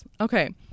okay